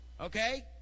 Okay